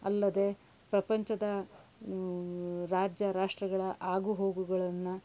ಅಲ್ಲದೇ ಪ್ರಪಂಚದ ರಾಜ್ಯ ರಾಷ್ಟ್ರಗಳ ಆಗುಹೋಗುಗಳನ್ನು